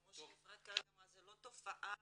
כמו שאפרת אמרה, זה לא תופעה,